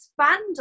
expand